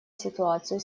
ситуацию